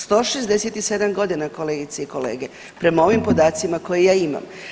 167 godina kolegice i kolege prema ovim podacima koje ja imam.